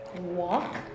walk